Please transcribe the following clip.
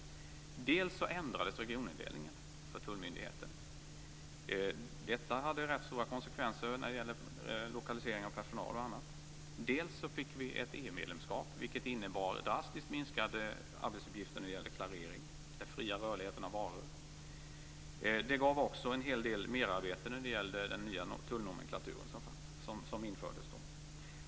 För det första ändrades regionindelningen för tullmyndigheten. Detta hade rätt stora konsekvenser när det gällde lokalisering av personal och annat. För det andra fick vi ett EU medlemskap, vilket innebar drastiskt minskade arbetsuppgifter när det gällde klarering i och med den fria rörligheten av varor. Det gav också en hel del merarbete när det gällde den nya tullnomenklatur som då infördes.